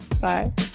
Bye